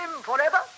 forever